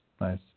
nice